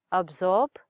absorb